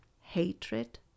hatred